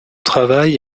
travail